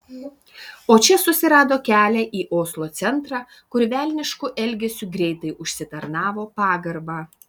o čia susirado kelią į oslo centrą kur velnišku elgesiu greitai užsitarnavo pagarbą